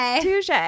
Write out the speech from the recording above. touche